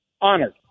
Honored